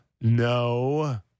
No